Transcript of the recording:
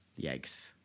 Yikes